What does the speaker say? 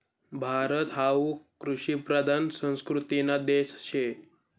भारत हावू कृषिप्रधान संस्कृतीना देश शे